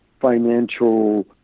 financial